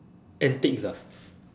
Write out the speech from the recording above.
antics ah